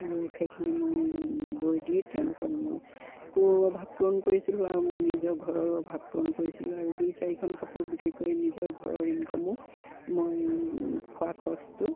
আৰু সেইখিনি মই বৈ দি তেওঁলোকক মই অভাৱ পূৰণ কৰিছিলোঁ আৰু মই নিজৰ ঘৰৰো অভাৱ পূৰণ কৰিছিলোঁ আৰু দুই চাৰিখন কাপোৰ বিক্ৰী কৰি নিজৰ ঘৰৰ ইনকমো মই খোৱা খৰচটো